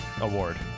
award